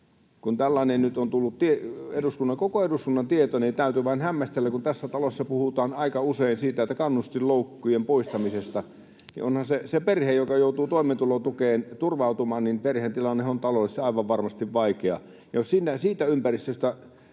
kun tällainen nyt on tullut koko eduskunnan tietoon, niin täytyy vain hämmästellä, kun tässä talossa puhutaan aika usein kannustinloukkujen poistamisesta, että onhan sen perheen, joka joutuu toimeentulotukeen turvautumaan, tilanne taloudellisesti aivan varmasti vaikea, ja jos siitä ympäristöstä